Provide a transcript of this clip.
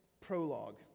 prologue